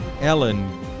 Ellen